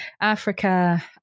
Africa